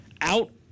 out